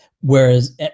whereas